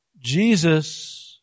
Jesus